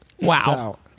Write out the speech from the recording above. Wow